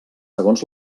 segons